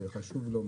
חשוב לו,